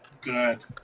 Good